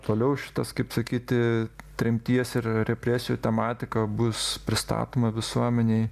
toliau šitas kaip sakyti tremties ir represijų tematika bus pristatoma visuomenei